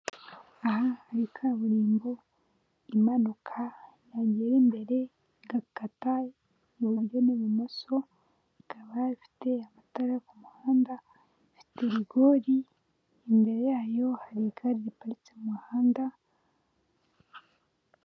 Umuhanda ibiri ya kaburimbo imanuka yagera imbere agakata uburyo n'ibumoso, ikaba ifite amatara ku muhanda. Ifite rigori, imbere ya yo haparitse igare.